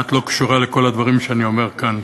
את לא קשורה לכל הדברים שאני אומר כאן,